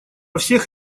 всех